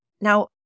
Now